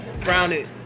grounded